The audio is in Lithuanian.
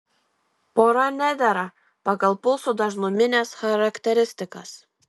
pora nedera pagal pulsų dažnumines charakteristikas